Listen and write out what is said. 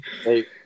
Hey